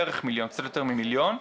קצת יותר ממיליון,